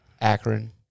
Akron